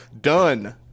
done